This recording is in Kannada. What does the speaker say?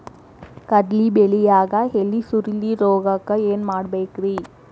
ಕಡ್ಲಿ ಬೆಳಿಯಾಗ ಎಲಿ ಸುರುಳಿರೋಗಕ್ಕ ಏನ್ ಮಾಡಬೇಕ್ರಿ?